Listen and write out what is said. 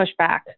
pushback